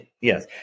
Yes